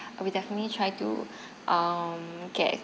uh we definitely try to um get